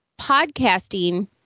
Podcasting